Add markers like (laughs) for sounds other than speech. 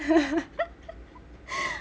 (laughs) (laughs) (breath)